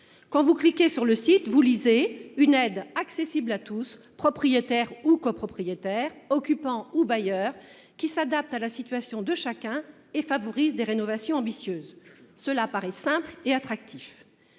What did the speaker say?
Quand vous cliquez sur le site vous lisez une aide accessible à tous propriétaires ou copropriétaires occupants ou bailleurs qui s'adapte à la situation de chacun et favorise des rénovations ambitieuses. Cela paraît simple et attractif.